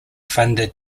funded